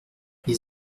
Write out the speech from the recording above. les